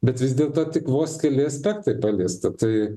bet vis dėlto tik vos keli aspektai paliesta tai